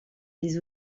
des